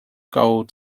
gold